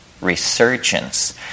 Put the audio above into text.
resurgence